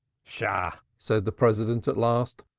shah! said the president at last.